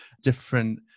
different